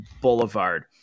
Boulevard